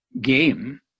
game